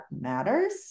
matters